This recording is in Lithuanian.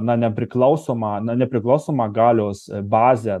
na nepriklausomą na nepriklausomą galios bazę